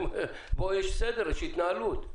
פה יש סדר ויש התנהלות.